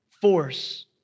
force